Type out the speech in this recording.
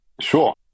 Sure